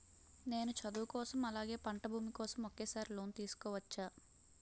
నేను చదువు కోసం అలాగే పంట భూమి కోసం ఒకేసారి లోన్ తీసుకోవచ్చా?